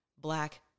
black